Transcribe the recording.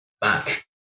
back